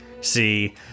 see